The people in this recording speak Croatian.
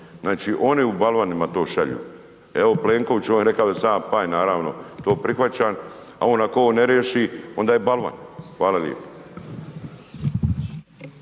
Znači oni u balvanima to šalju. Evo, Plenkoviću on je rekao da sam ja panj, naravno to prihvaćam, a on ako ovo ne riješi onda je balvan. Hvala lijepo.